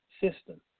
system